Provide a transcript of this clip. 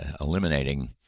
eliminating